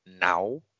now